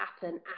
happen